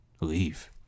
leave